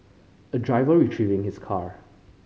a driver retrieving his car